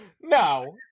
No